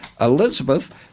Elizabeth